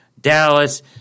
Dallas